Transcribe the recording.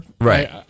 Right